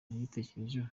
nagitekerejeho